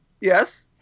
yes